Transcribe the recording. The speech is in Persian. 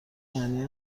معنی